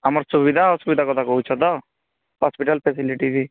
ଆମର୍ ସୁବିଧା ଆସୁବିଧା କଥା କହୁଛ ତ ହସ୍ପିଟାଲ୍ ଫ୍ୟାସିଲିଟି